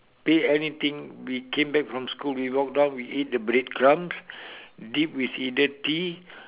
pay anything we came back from school we walk down we eat the bread crumbs dipped with either tea